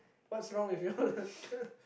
what's wrong with you all